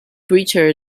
richard